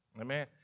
Amen